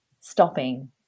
stopping